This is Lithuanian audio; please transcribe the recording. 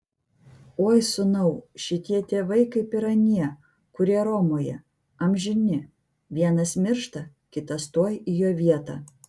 oi sūnau šitie tėvai kaip ir anie kurie romoje amžini vienas miršta kitas tuoj į jo vietą